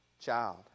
child